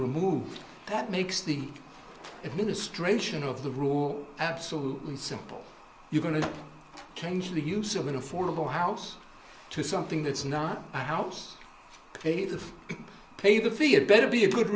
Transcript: removed that makes the administration of the rule absolutely simple you're going to change the use of an affordable house to something that's not a house paid to pay the fee a better be a good